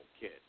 kid